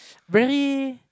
really